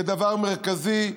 כדבר מרכזי,